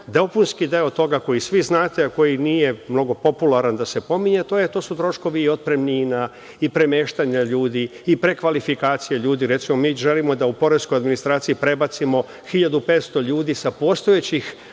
dopunski deo toga koji svi znate, a koji nije mnogo popularan da se pominje, a to su troškovi otpremnina i premeštanja ljudi, i prekvalifikacije ljudi. Recimo, mi želimo da u poreskoj administraciji prebacimo 1.500 ljudi sa postojećih